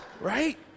Right